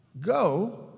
go